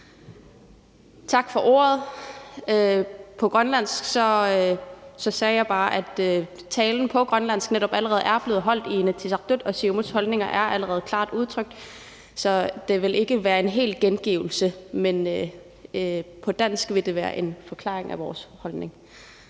jeg sagde på grønlandsk, var bare, at talen på grønlandsk netop allerede er blevet holdt i Inatsisartut, og at Siumuts holdninger allerede er blevet klart udtrykt, så dette vil ikke være en fuldstændig gengivelse på dansk, men det vil være en forklaring af vores holdning.